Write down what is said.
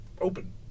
Open